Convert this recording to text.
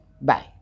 bye